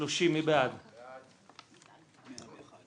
הצבעה בעד